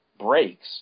breaks